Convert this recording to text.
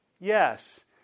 Yes